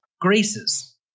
graces